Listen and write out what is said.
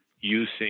using